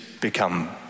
become